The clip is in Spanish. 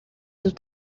sus